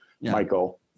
Michael